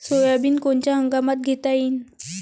Soybean कोनच्या हंगामात घेता येईन?